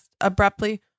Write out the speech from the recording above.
abruptly